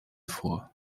vor